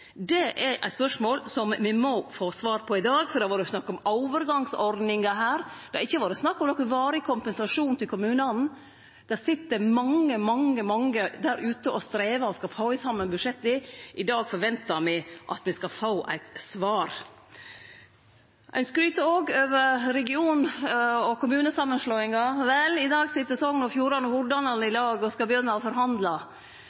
Det er eit spørsmål som me må få svar på i dag. Det har vore snakk om overgangsordningar. Det har ikkje vore snakk om nokon varig kompensasjon til kommunane. Det sit mange der ute og strevar med å få saman budsjetta. I dag forventar me at me skal få eit svar. Ein skryter òg av regionsamanslåinga og kommunesamanslåinga. Vel, i dag sit Sogn og Fjordane og Hordaland i